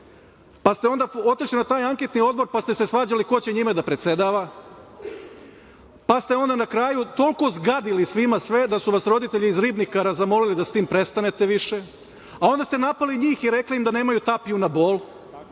Onda ste otišli na taj Anketni odbor, pa ste se svađali ko će njime da predsedava, pa ste onda na kraju toliko zgadili svima sve, da su vas roditelji iz „Ribnikara“ zamolili da sa tim prestanete više, a onda ste napali njih i rekli da „nemaju tapiju na bol“